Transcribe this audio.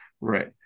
right